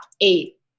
eight